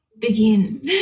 begin